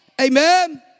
Amen